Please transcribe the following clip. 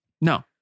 No